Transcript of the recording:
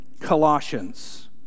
Colossians